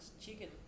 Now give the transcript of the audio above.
chicken